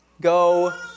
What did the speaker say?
go